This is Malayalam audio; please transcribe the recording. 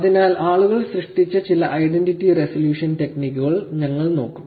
അതിനാൽ ആളുകൾ സൃഷ്ടിച്ച ചില ഐഡന്റിറ്റി റെസല്യൂഷൻ ടെക്നിക്കുകൾ ഞങ്ങൾ നോക്കും